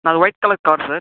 నాది white colour car sir